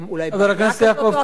חבר הכנסת יעקב כץ,